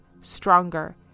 stronger